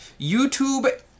youtube